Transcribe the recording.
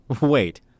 Wait